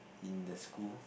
in the school